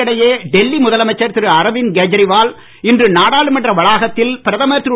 இதற்கிடையே டெல்லி முதலமைச்சர் அரவிந்த் கேஜரிவால் இன்று நாடாளுமன்ற வளாகத்தில் பிரதமர் திரு